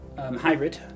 hybrid